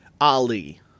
Ali